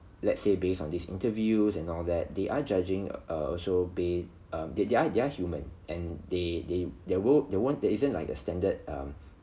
let's say based on these interviews and all that they are judging err also based um they are they are human and they they there will they weren't there isn't like a standard um